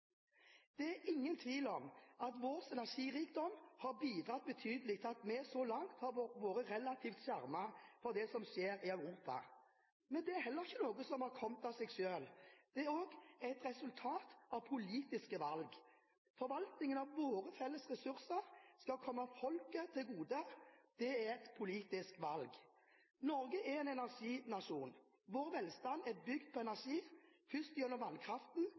Det er ingen tvil om at vår energirikdom har bidratt betydelig til at vi så langt har vært relativt skjermet fra det som skjer i Europa. Men det er heller ikke noe som har kommet av seg selv. Det er også et resultat av politiske valg. Forvaltningen av våre felles ressurser skal komme folket til gode. Det er et politisk valg. Norge er en energinasjon. Vår velstand er bygd på energi – først gjennom vannkraften